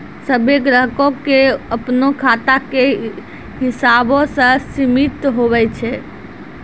सभ्भे ग्राहको के अपनो खाता के हिसाबो से सीमित हुवै छै